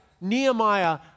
Nehemiah